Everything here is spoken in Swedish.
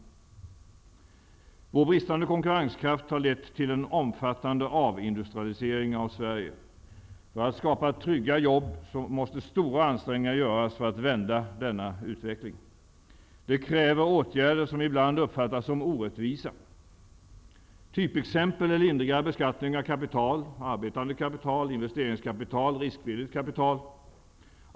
Vår bristande konkurrenskraft har lett till en omfattande avindustrialisering av Sverige. För att skapa trygga jobb måste stora ansträngningar göras för att vända denna utveckling. Det kräver åtgärder som ibland uppfattas som orättvisa. Typexempel är lindrigare beskattning av kapital, arbetande kapital, investeringskapital, riskvilligt kapital.